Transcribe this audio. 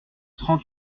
trente